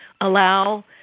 allow